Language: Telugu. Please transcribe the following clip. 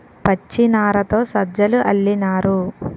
పచ్చినారతో సజ్జలు అల్లినారు